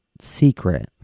secret